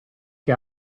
che